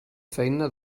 faena